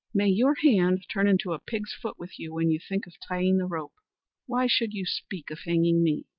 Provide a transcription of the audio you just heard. may your hand turn into a pig's foot with you when you think of tying the rope why should you speak of hanging me?